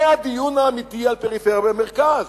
זה הדיון האמיתי על פריפריה ומרכז.